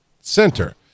center